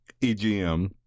EGM